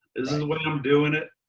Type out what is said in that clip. is and the way i'm doing it.